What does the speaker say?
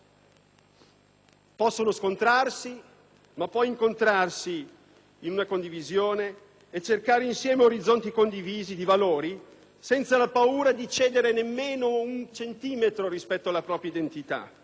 possono scontrarsi, ma poi incontrarsi in una condivisione e cercare insieme orizzonti condivisi di valori, senza la paura di cedere nemmeno un centimetro della propria identità,